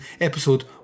episode